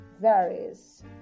varies